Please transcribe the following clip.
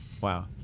Wow